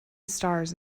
stars